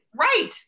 right